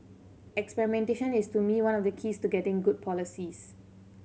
experimentation is to me one of the keys to getting good policies